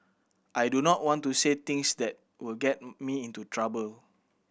I do not want to say things that will get me into trouble